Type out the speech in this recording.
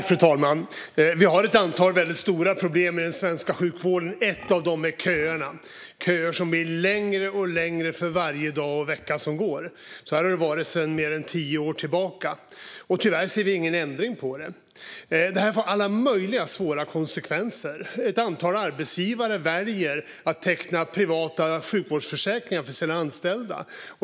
Fru talman! Vi har ett antal stora problem i den svenska sjukvården. Ett av dem är köerna. Det är köer som blir längre och längre för varje dag och vecka som går. Så har det varit sedan mer än tio år tillbaka. Tyvärr ser vi ingen ändring på det. Det får alla möjliga svåra konsekvenser. Ett antal arbetsgivare väljer att teckna privata sjukvårdsförsäkringar för sina anställda.